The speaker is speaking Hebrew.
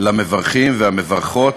למברכים והמברכות,